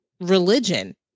religion